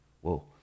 Whoa